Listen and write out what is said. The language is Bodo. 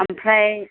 ओमफ्राय